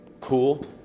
cool